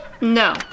No